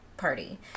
party